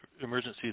emergencies